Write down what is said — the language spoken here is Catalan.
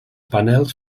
panels